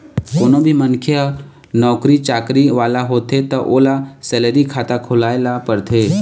कोनो भी मनखे ह नउकरी चाकरी वाला होथे त ओला सेलरी खाता खोलवाए ल परथे